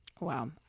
Wow